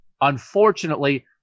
unfortunately